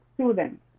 students